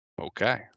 Okay